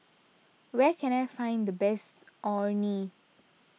where can I find the best Orh Nee